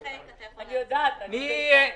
תודה רבה.